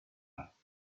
agustín